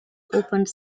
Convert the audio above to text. opened